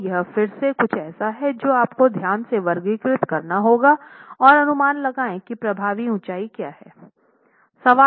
तो यह फिर से कुछ है जो आपको ध्यान से वर्गीकृत करना होगा और अनुमान लगाएं कि प्रभावी ऊंचाई क्या है